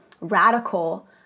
radical